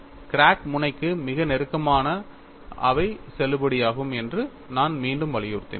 crack முனைக்கு மிக நெருக்கமாக இவை செல்லுபடியாகும் என்று நான் மீண்டும் வலியுறுத்தினேன்